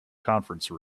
conference